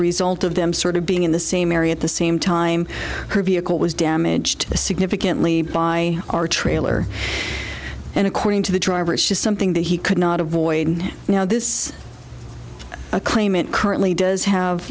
result of them sort of being in the same area at the same time her vehicle was damaged significantly by our trailer and according to the driver it's just something that he could not avoid and you know this a claimant currently does have